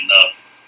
enough